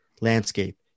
landscape